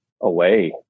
away